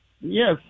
Yes